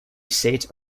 seat